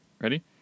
Ready